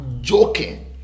joking